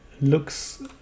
looks